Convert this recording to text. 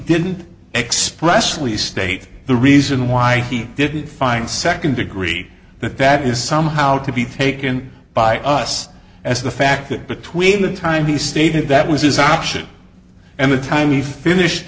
didn't expressly state the reason why he didn't find second degree but that is somehow to be taken by us as the fact that between the time he stated that was his option and the time he finished